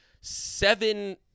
seven